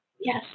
Yes